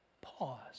pause